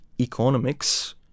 economics